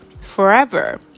forever